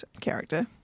character